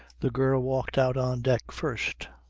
the girl walked out on deck first.